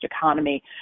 economy